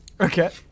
Okay